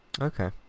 Okay